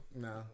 No